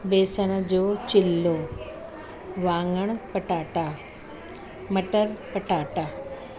बेसण जो चिलो वाङण पटाटा मटर पटाटा